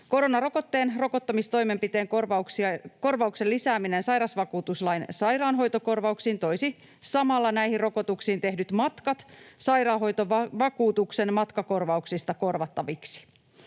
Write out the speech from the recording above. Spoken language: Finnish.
Koronarokotteen rokottamistoimenpiteen korvauksen lisääminen sairausvakuutuslain sairaanhoitokorvauksiin toisi samalla näihin rokotuksiin tehdyt matkat sairaanhoitovakuutuksen matkakorvauksista korvattaviksi.